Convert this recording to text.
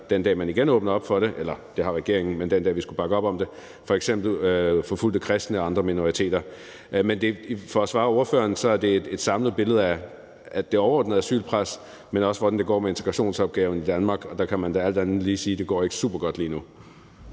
den dag man igen åbner op for det, eller det har regeringen gjort, men i forhold til den dag vi skulle bakke op om det, skal prioritere f.eks. forfulgte kristne og andre minoriteter. Men for at svare ordføreren er det et samlet billede af det overordnede asylpres, men også af, hvordan det går med integrationsopgaven i Danmark, og der kan man da alt andet lige sige, at det ikke går supergodt lige nu.